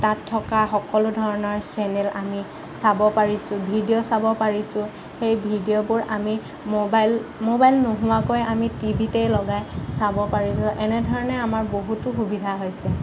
তাত থকা সকলো ধৰণৰ চেনেল আমি চাব পাৰিছোঁ ভিডিঅ' চাব পাৰিছোঁ সেই ভিডিঅ'বোৰ আমি মোবাইল মোবাইল নোহোৱাকৈ আমি টিভিতেই লগাই চাব পাৰিছোঁ এনেধৰণে আমাৰ বহুতো সুবিধা হৈছে